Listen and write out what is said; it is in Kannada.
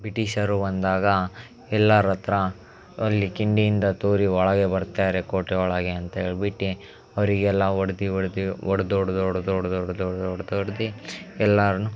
ಬಿಟಿಷರು ಬಂದಾಗ ಎಲ್ಲರತ್ರ ಅಲ್ಲಿ ಕಿಂಡಿಯಿಂದ ತೂರಿ ಒಳಗೆ ಬರ್ತಾರೆ ಕೋಟೆ ಒಳಗೆ ಅಂತೇಳ್ಬಿಟ್ಟು ಅವರಿಗೆಲ್ಲ ಹೊಡ್ದಿ ಹೊಡ್ದಿ ಹೊಡ್ದೊಡ್ದೊಡ್ದೊಡ್ದೊಡ್ದೊಡ್ದೊಡ್ದೊಡ್ದಿ ಎಲ್ಲರನ್ನೂ